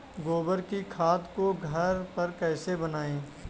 गोबर की खाद को घर पर कैसे बनाएँ?